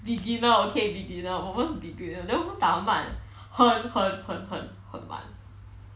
beginner okay beginner 我们很 beginner then 我们打很慢很很很很慢